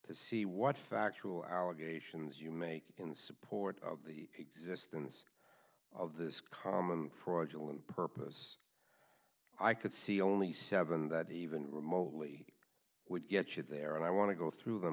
to see what factual allegations you make in support of the existence of this common fraudulent purpose i could see only seven that even remotely would get you there and i want to go through them